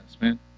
man